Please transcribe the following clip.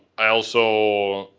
i also,